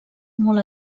molt